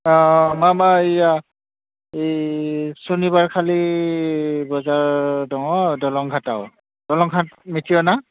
अ मा मा ओइया ऐ सनिबारखालि बाजार दङ दलंघाटआव दलंघाट मिथिया ना